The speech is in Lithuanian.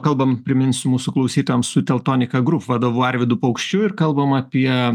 kalbam priminsiu mūsų klausytojam su teltonika grup vadovu arvydu paukščiu ir kalbam apie